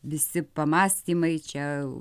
visi pamąstymai čia